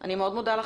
אני מאוד מודה לכם.